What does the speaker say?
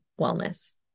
wellness